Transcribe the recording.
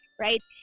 Right